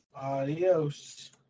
Adios